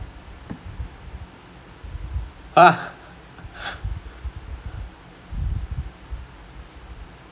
!huh!